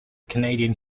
canadian